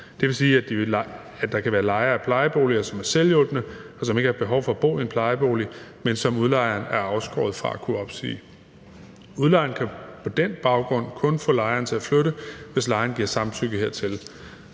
Det vil sige, at der kan være lejere af plejeboliger, som er selvhjulpne, og som ikke har behov for at bo i en plejebolig, men som udlejeren er afskåret fra at kunne opsige. Udlejeren kan på den baggrund kun få lejeren til at flytte, hvis lejeren giver samtykke hertil.